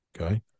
Okay